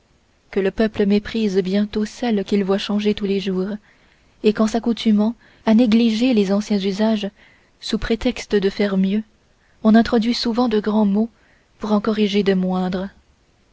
que le peuple méprise bientôt celles qu'il voit changer tous les jours et qu'en s'accoutumant à négliger les anciens usages sous prétexte de faire mieux on introduit souvent de grands maux pour en corriger de moindres